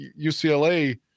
UCLA